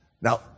Now